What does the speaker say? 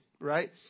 right